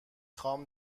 خوام